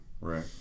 right